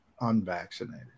unvaccinated